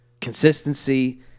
consistency